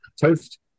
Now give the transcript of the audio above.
toast